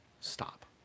stop